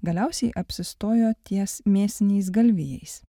galiausiai apsistojo ties mėsiniais galvijais